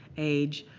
age,